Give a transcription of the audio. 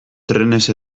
trenez